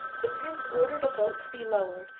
the prince ordered a boat to be lowered,